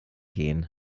gehen